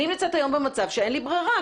אני נמצאת היום במצב שאין לי ברירה,